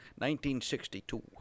1962